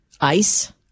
ice